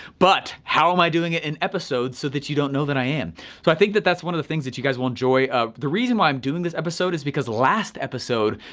but how am i doing it in episodes so that you don't know that i am? so i think that that's one of the things that you guys will enjoy. the reason why i'm doing this episode is because last episode,